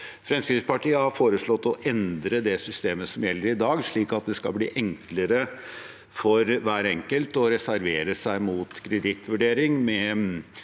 Fremskrittspartiet har foreslått å endre det systemet som gjelder i dag, slik at det skal bli enklere for hver enkelt å reservere seg mot kredittvurdering ved